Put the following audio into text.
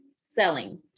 selling